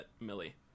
Millie